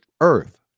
earth